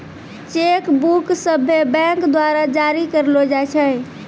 cheque book सभ्भे bank द्वारा जारी करलो जाय छै